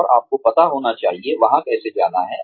और आपको पता होना चाहिए वहां कैसे जाना है